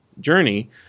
journey